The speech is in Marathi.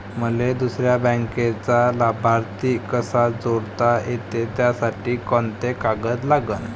मले दुसऱ्या बँकेचा लाभार्थी कसा जोडता येते, त्यासाठी कोंते कागद लागन?